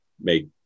make